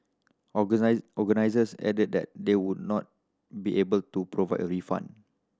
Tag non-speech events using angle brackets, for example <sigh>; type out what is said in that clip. <unintelligible> organisers added that they would not be able to provide a refund